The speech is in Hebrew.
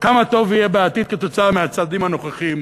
כמה טוב יהיה בעתיד כתוצאה מהצעדים הנוכחיים,